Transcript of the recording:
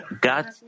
God